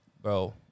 bro